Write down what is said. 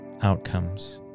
outcomes